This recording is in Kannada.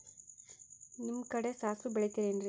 ನಿಮ್ಮ ಕಡೆ ಸಾಸ್ವಿ ಬೆಳಿತಿರೆನ್ರಿ?